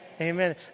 Amen